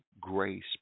grace